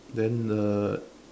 then the